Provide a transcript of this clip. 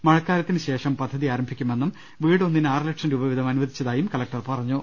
മഴക്കാലത്തിനുശേഷം പദ്ധതി ആരംഭിക്കുമെന്നും വീട് ഒന്നിന് ആറു ലക്ഷം രൂപ വീതം അനുവദിച്ചതായും കലക്ടർ പറഞ്ഞു